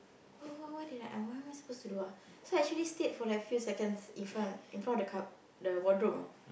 what what what did I what what am I supposed to do ah so I actually stayed like a few seconds in front in front of the cup~ the wardrobe you know